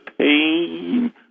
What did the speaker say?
Pain